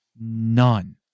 None